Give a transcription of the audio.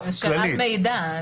זו שאלת מידע.